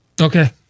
Okay